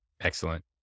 Excellent